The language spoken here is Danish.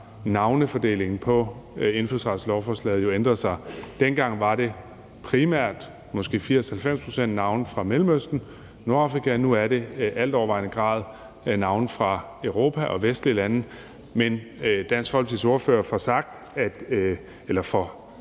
navnefordelingen på indfødsretslovforslaget ændret sig. Dengang var det primært måske 80-90 pct. navne fra Mellemøsten og Nordafrika. Nu er det i altovervejende grad navne fra Europa og vestlige lande, men Dansk Folkepartis ordfører får givet